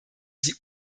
sie